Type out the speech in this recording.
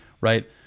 right